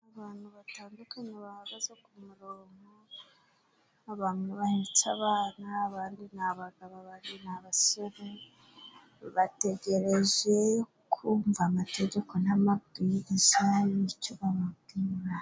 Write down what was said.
Abantu batandukanye bahagaze ku murongo, abantu bahetse abana, abandi ni abagabo, abandi ni abasore, bategereje kumva amategeko n' amabwiriza y'icyo bababwira.